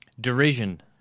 Derision